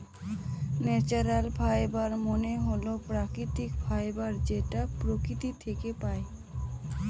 natural fibre মানে হল প্রাকৃতিক ফাইবার যেটা প্রকৃতি থাকে পাই